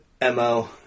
MO